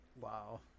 Wow